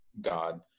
God